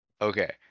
Okay